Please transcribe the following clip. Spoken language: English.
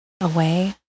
away